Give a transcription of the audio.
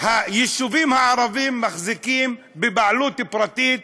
היישובים הערביים מחזיקים בבעלות פרטית